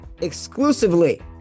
exclusively